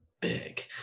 big